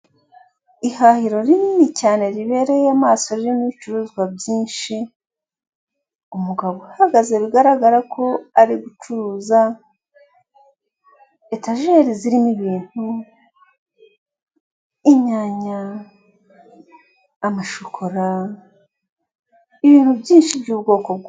Ihahiro rinini cyane ribereye amaso ririmo ibicuruzwa byinshi, umugabo uhagaze bigaragara ko ari gucuruza, etajeri zirimo ibintu, inyanya, amashokora, ibintu byinshi by'ubwoko bwose.